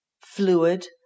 fluid